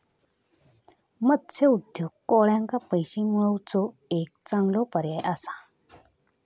मत्स्य उद्योग कोळ्यांका पैशे मिळवुचो एक चांगलो पर्याय असा